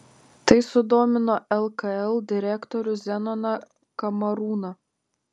tai sudomino lkl direktorių zenoną kamarūną